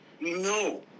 No